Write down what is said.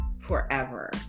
forever